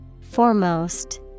Foremost